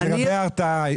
לגבי הרתעה,